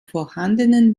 vorhandenen